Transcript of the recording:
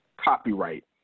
copyright